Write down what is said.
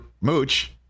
Mooch